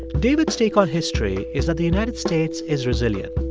david's take on history is that the united states is resilient.